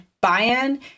buy-in